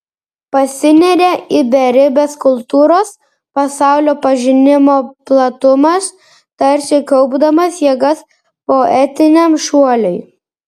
pasineria į beribes kultūros pasaulio pažinimo platumas tarsi kaupdamas jėgas poetiniam šuoliui